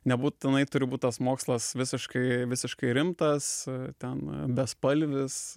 nebūtinai turi būti tas mokslas visiškai visiškai rimtas ten bespalvis